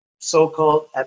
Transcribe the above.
So-called